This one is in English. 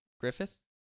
Griffith